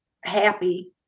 happy